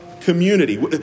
community